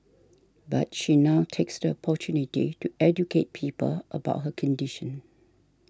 but she now takes the opportunity to educate people about her condition